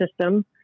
system